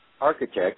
architect